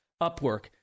Upwork